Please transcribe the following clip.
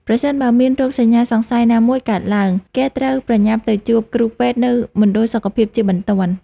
ប្រសិនបើមានរោគសញ្ញាសង្ស័យណាមួយកើតឡើង គេត្រូវប្រញាប់ទៅជួបគ្រូពេទ្យនៅមណ្ឌលសុខភាពជាបន្ទាន់។